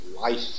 life